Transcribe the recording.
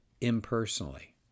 impersonally